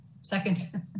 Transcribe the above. Second